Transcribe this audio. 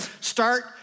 Start